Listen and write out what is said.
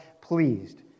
pleased